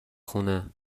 خونه